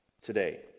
today